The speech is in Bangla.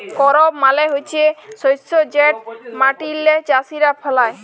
করপ মালে হছে শস্য যেট মাটিল্লে চাষীরা ফলায়